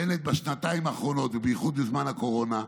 בנט, בשנתיים האחרונות, ובייחוד בזמן הקורונה,